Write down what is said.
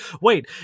wait